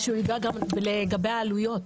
לגבי העלויות